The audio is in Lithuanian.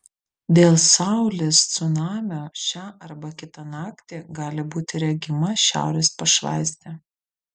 dėl saulės cunamio šią arba kitą naktį gali būti regima šiaurės pašvaistė